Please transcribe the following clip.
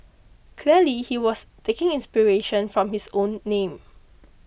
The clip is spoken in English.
clearly he was taking inspiration from his own name